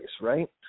right